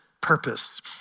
purpose